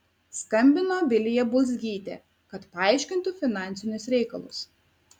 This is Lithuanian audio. skambino vilija bulzgytė kad paaiškintų finansinius reikalus